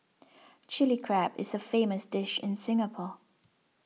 Chilli Crab is a famous dish in Singapore